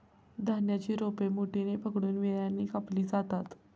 धान्याची रोपे मुठीने पकडून विळ्याने कापली जातात